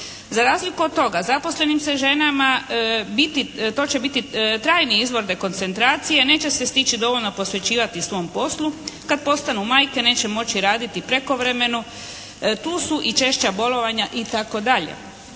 Za razliku od toga zaposlenim se ženama biti, to će biti trajni izvor dekoncentracije. Neće se stići dovoljno posvećivati svom poslu. Kad postanu majke neće moći raditi prekovremeno. Tu su i češća bolovanja i